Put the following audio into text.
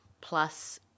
plus